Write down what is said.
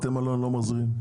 בתי מלון לא מחזירים.